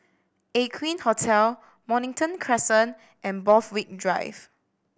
Aqueen Hotel Mornington Crescent and Borthwick Drive